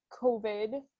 COVID